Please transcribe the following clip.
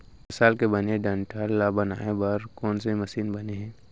फसल के बचे डंठल ल दबाये बर कोन से मशीन बने हे?